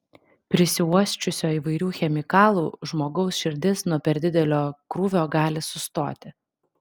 prisiuosčiusio įvairių chemikalų žmogaus širdis nuo per didelio krūvio gali sustoti